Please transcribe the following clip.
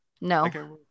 No